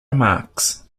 marx